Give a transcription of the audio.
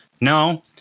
no